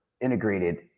integrated